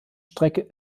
strecke